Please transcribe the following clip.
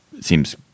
seems